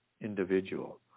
individual